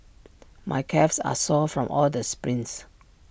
my calves are sore from all the sprints